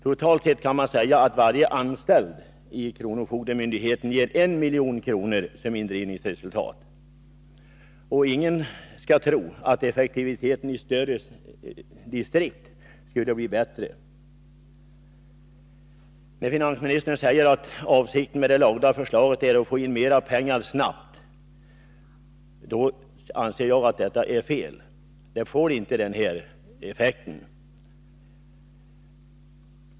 Totalt sett kan man säga att varje anställd i kronofogdemyndigheten ger 1 milj.kr. som indrivningsresultat. Ingen skall tro att effektiviteten i större distrikt skulle bli större. Finansministern säger att avsikten med det lagda förslaget är att få in mera pengar snabbt. Detta anser jag vara en felaktig bedömning — förslaget får inte den effekten.